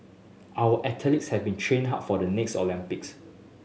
our athletes have been training hard for the next Olympics